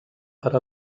per